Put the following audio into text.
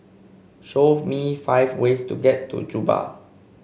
show me five ways to get to Juba